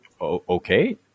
okay